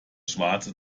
schwarze